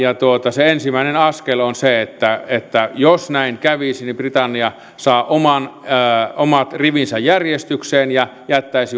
se ensimmäinen askel on se että että jos näin kävisi niin britannia saa omat rivinsä järjestykseen ja jättäisi